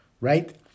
right